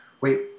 wait